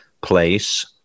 place